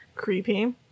Creepy